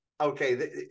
okay